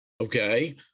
Okay